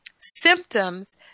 symptoms